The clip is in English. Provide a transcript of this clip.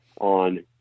on